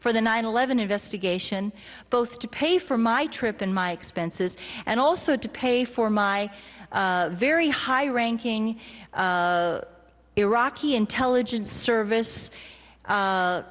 for the nine eleven investigation both to pay for my trip and my expenses and also to pay for my very high ranking iraqi intelligence service